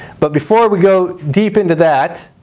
but before we go deep into that,